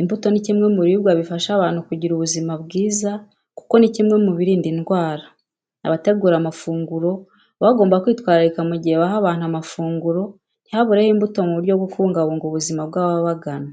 Imbuto ni kimwe biribwa bifasha abantu kugira ubuzima bwiza kuko ni kimwe mu birinda indwara. Abategura amafunguro baba bagomba kwitwararika mu gihe baha abantu amafunguro, ntihabureho imbuto mu buryo bwo kubungabunga ubuzima bw'ababagana.